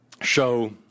show